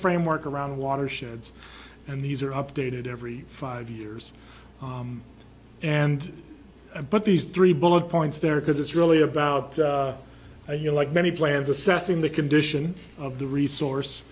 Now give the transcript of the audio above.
framework around watersheds and these are updated every five years and i but these three bullet points there because it's really about a year like many plans assessing the condition of the resource